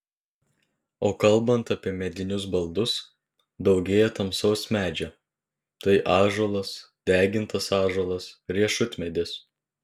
o kalbant apie medinius baldus daugėja tamsaus medžio tai ąžuolas degintas ąžuolas riešutmedis